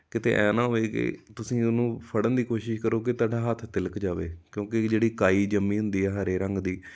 ਕਿਤੇ ਐਂ ਨਾ ਹੋਵੇ ਕਿ ਤੁਸੀਂ ਉਹਨੂੰ ਫੜਨ ਦੀ ਕੋਸ਼ਿਸ਼ ਕਰੋ ਕਿ ਤੁਹਾਡਾ ਹੱਥ ਤਿਲਕ ਜਾਵੇ ਕਿਉਂਕਿ ਜਿਹੜੀ ਕਾਈ ਜੰਮੀ ਹੁੰਦੀ ਆ ਹਰੇ ਰੰਗ ਦੀ